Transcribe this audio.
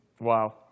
Wow